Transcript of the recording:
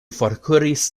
forkuris